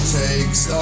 takes